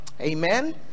amen